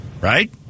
Right